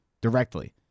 Directly